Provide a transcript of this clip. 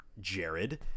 Jared